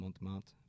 Montmartre